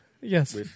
Yes